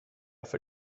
för